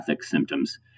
symptoms